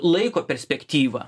laiko perspektyvą